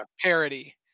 parody